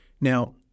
Now